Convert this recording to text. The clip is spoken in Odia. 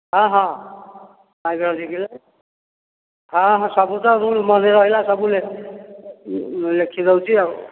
ହଁ ହଁ ବାଇଗଣ ଦୁଇ କିଲେ ହଁ ହଁ ସବୁ ତ ମୁଁ ମନେରହିଲା ସବୁ ଲେଖି ଦେଉଛି ଆଉ